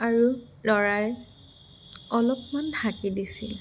আৰু লৰাই অলপমান ঢাকি দিছিল